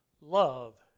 love